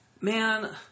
Man